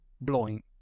blowing